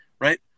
right